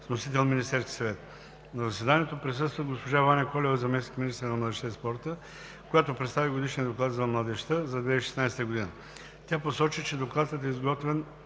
с вносител Министерският съвет. На заседанието присъства госпожа Ваня Колева – заместник-министър на младежта и спорта, която представи Годишния доклад за младежта за 2016 г. Тя посочи, че Докладът е изготвен